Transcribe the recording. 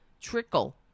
Trickle